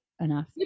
enough